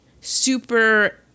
super